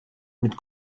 mit